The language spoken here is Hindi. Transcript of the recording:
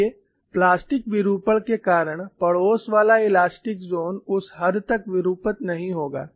देखिए प्लास्टिक विरूपण के कारण पड़ोस वाला इलास्टिक ज़ोन उस हद तक विरूपित नहीं होगा